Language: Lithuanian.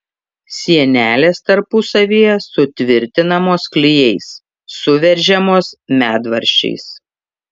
sienelės tarpusavyje sutvirtinamos klijais suveržiamos medvaržčiais